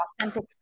authentic